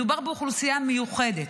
מדובר באוכלוסייה מיוחדת,